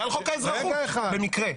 על חוק האזרחות במקרה.